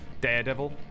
daredevil